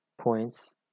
points